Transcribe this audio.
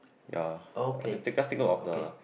ya just take just take look of the